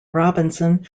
robinson